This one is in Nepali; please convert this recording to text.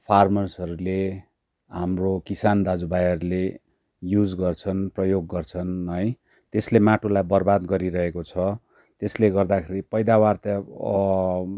फार्मर्सहरूले हाम्रो किसान दाजुभाइहरूले युज गर्छन् प्रयोग गर्छन् है त्यसले माटोलाई बर्बाद गरिरहेको छ त्यसले गर्दाखेरि पैदावर त